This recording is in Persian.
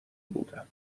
بودم